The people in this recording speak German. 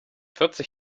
vierzig